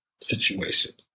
situations